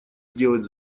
сделать